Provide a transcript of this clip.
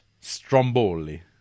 stromboli